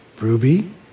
Ruby